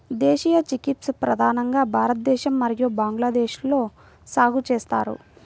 దేశీయ చిక్పీస్ ప్రధానంగా భారతదేశం మరియు బంగ్లాదేశ్లో సాగు చేస్తారు